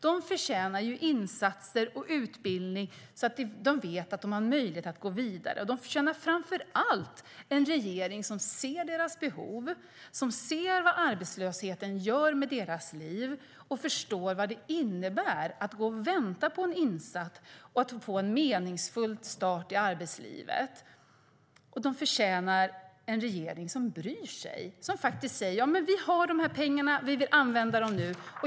De förtjänar insatser och utbildning så att de vet att de har möjlighet att gå vidare. De förtjänar framför allt en regering som ser deras behov, ser vad arbetslösheten gör med deras liv och förstår vad det innebär att gå och vänta på en insats och få en meningsfull start i arbetslivet. De förtjänar en regering som bryr sig, som faktiskt säger: Vi har de här pengarna, vi vill använda dem nu.